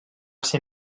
ser